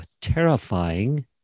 terrifying